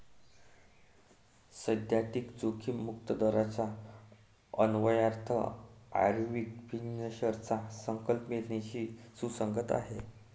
सैद्धांतिक जोखीम मुक्त दराचा अन्वयार्थ आयर्विंग फिशरच्या संकल्पनेशी सुसंगत आहे